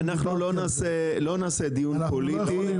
אנחנו לא נעשה דיון פוליטי,